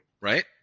right